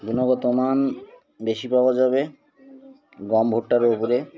গুণগত মান বেশি পাওয়া যাবে গম ভুট্টার ও উপরে